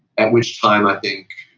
at which time i think